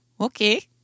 Okay